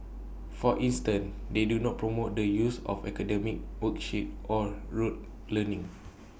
for instance they do not promote the use of academic worksheets or rote learning